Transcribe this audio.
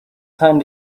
time